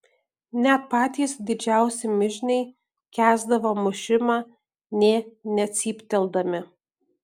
net patys didžiausi mižniai kęsdavo mušimą nė necypteldami